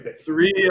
three